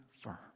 firm